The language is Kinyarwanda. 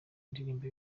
indirimbo